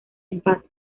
empate